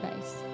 base